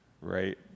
right